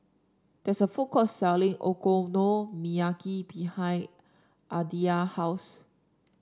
there is a food court selling Okonomiyaki behind Aditya house